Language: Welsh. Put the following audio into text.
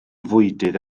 fwydydd